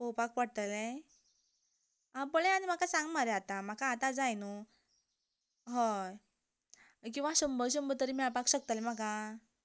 पळोवपाक पडटलें आं पळय आनी म्हाका सांग मरे आता म्हाका आता जाय न्हूं हय किंवां शंबर शंबर तरी मेळपाक शकतले म्हाका